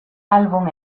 álbum